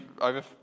over